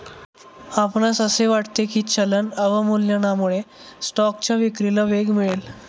आपणास असे वाटते की चलन अवमूल्यनामुळे स्टॉकच्या विक्रीला वेग मिळेल?